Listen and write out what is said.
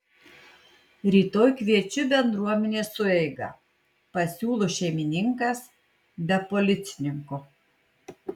rytoj kviečiu bendruomenės sueigą pasiūlo šeimininkas be policininko